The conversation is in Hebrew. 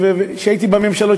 הייתי בממשלות,